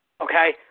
Okay